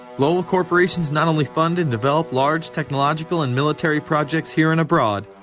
global corporations not only fund and develop large technological and military projects here and abroad,